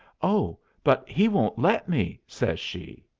oh, but he won't let me! says she.